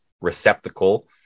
receptacle